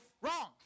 wrong